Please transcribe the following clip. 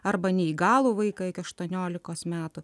arba neįgalų vaiką iki aštuoniolikos metų